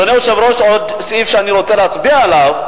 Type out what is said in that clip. אדוני היושב-ראש, עוד סעיף שאני רוצה להצביע עליו.